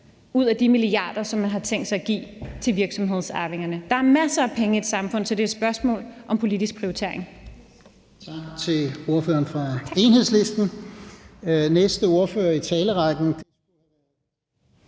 ud af de milliarder, som man har tænkt sig at give til virksomhedsarvingerne. Der er masser af penge i et samfund, så det er et spørgsmål om politisk prioritering.